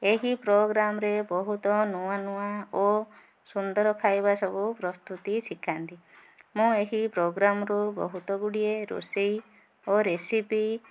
ଏହି ପ୍ରୋଗ୍ରାମ୍ରେ ବହୁତ ନୂଆ ନୂଆ ଓ ସୁନ୍ଦର ଖାଇବା ସବୁ ପ୍ରସ୍ତୁତି ଶିଖାନ୍ତି ମୁଁ ଏହି ପ୍ରୋଗ୍ରାମ୍ରୁ ବହୁତଗୁଡ଼ିଏ ରୋଷେଇ ଓ ରେସିପି